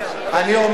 בבקשה, אדוני.